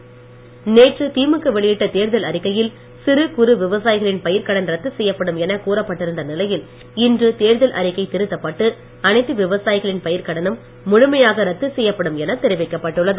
திமுக திருத்தம் நேற்று திமுக வெளியிட்ட தேர்தல் அறிக்கையில் சிறு குறு விவசாயிகளின் பயிர்க் கடன் ரத்து செய்யப்படும் என கூறப்பட்டிருந்த நிலையில் இன்று தேர்தல் அறிக்கை திருத்தப்பட்டு அனைத்து விவசாயிகளின் பயிர்க்கடனும் முழுமையாக ரத்து செய்யப்படும் என தெரிவிக்கப்பட்டுள்ளது